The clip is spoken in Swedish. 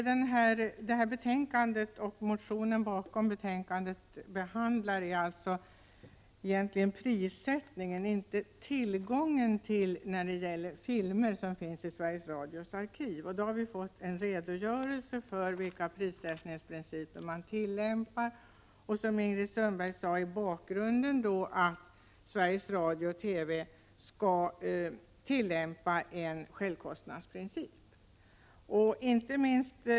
Fru talman! Betänkandet och motionen bakom betänkandet handlar egentligen om prissättningen, inte om tillgången till filmer som finns i Sveriges Radios arkiv. Vi har fått en redogörelse för vilka prissättningsprinciper som är tillämpliga. Som Ingrid Sundberg sade är bakgrunden den att Sveriges Radio och Television skall tillämpa självkostnadsprincipen.